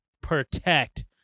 protect